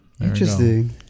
Interesting